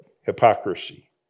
hypocrisy